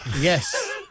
Yes